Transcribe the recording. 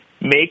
make